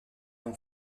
l’on